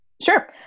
Sure